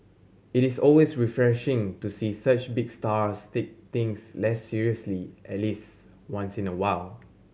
it is always refreshing to see such big stars take things less seriously at least once in a while